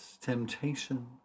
temptation